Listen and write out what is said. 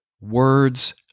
Words